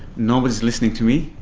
nobody's listening to me,